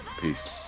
Peace